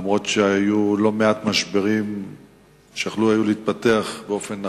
אף-על-פי שהיו לא מעט משברים שיכלו להתפתח באופן אחר.